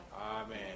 amen